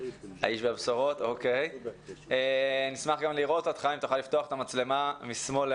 אנחנו נשמח לשמוע ממך סקירה על המצב.